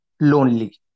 lonely